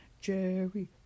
Jerry